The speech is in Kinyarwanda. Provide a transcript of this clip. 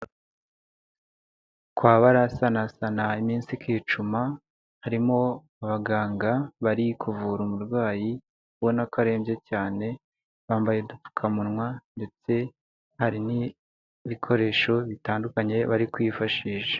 Kwa barasanasana iminsi kicuma harimo abaganga bari kuvura umurwayi ubona ko arembye cyane, bambaye udupfukamunwa ndetse hari n'ibikoresho bitandukanye bari kwifashisha.